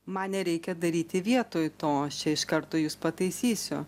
man nereikia daryti vietoj to aš čia iš karto jus pataisysiu